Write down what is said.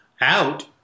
out